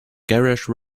garage